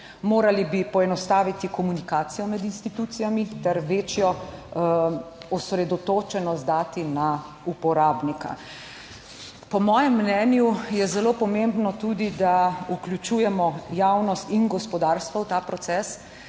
Morali bi poenostaviti komunikacijo med institucijami ter večjo osredotočenost dati na uporabnika. Po mojem mnenju je zelo pomembno tudi, da vključujemo javnost in gospodarstvo v ta proces,